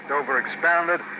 overexpanded